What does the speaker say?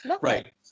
Right